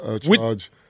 charge